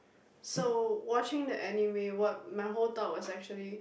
so watching the anime wo~ my whole thought was actually